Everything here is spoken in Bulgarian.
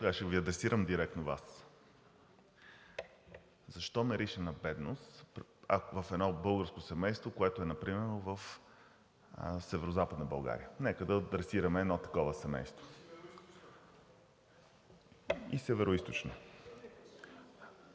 Сега ще Ви адресирам директно Вас. Защо мирише на бедност? Ако в едно българско семейство, което е примерно в Северозападна България. Нека да адресираме едно такова семейство… (Реплика